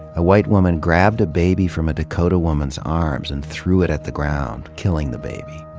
a white woman grabbed a baby from a dakota woman's arms and threw it at the ground, killing the baby.